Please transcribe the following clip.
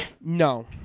no